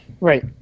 Right